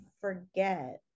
forget